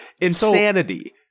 insanity